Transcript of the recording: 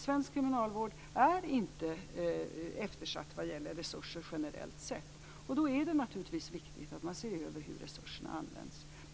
Svensk kriminalvård är inte eftersatt vad gäller resurser generellt sett. Då är det viktigt att se över hur resurserna används.